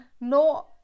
no